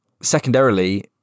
Secondarily